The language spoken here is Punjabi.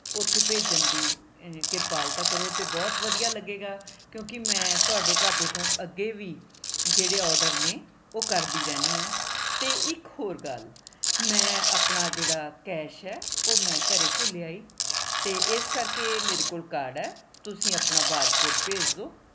ਉੱਥੇ ਭੇਜਣ ਦੀ ਕ੍ਰਿਪਾਲਤਾ ਕਰੋ ਅਤੇ ਬਹੁਤ ਵਧੀਆ ਲੱਗੇਗਾ ਕਿਉਂਕਿ ਮੈਂ ਤੁਹਾਡੇ ਢਾਬੇ ਤੋਂ ਅੱਗੇ ਵੀ ਜਿਹੜੇ ਔਡਰ ਨੇ ਉਹ ਕਰਦੀ ਰਹਿੰਦੀ ਹਾਂ ਅਤੇ ਇੱਕ ਹੋਰ ਗੱਲ ਮੈਂ ਆਪਣਾ ਜਿਹੜਾ ਕੈਸ਼ ਹੈ ਉਹ ਮੈਂ ਘਰ ਭੁੱਲ ਆਈ ਅਤੇ ਇਸ ਕਰਕੇ ਮੇਰੇ ਕੋਲ ਕਾਰਡ ਹੈ ਤੁਸੀਂ ਆਪਣਾ ਬਾਰਕੋਰਡ ਭੇਜ ਦਿਓ